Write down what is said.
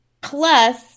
Plus